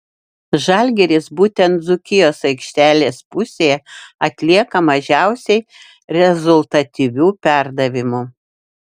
žalgiris būtent dzūkijos aikštelės pusėje atlieka mažiausiai rezultatyvių perdavimų